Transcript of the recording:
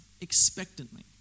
expectantly